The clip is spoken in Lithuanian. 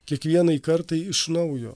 kiekvienai kartai iš naujo